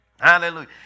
Hallelujah